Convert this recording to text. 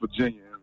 Virginia